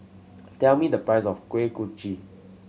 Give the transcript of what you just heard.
tell me the price of Kuih Kochi